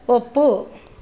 ಒಪ್ಪು